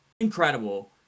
incredible